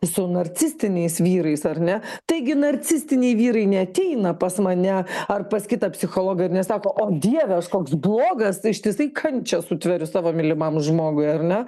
su narcistiniais vyrais ar ne taigi narcistiniai vyrai neateina pas mane ar pas kitą psichologą ir nesako o dieve aš koks blogas ištisai kančią sutveriu savo mylimam žmogui ar ne